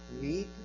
need